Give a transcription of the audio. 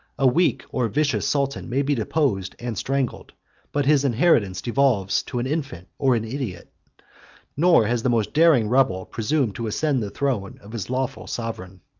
a weak or vicious sultan may be deposed and strangled but his inheritance devolves to an infant or an idiot nor has the most daring rebel presumed to ascend the throne of his lawful sovereign.